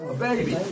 baby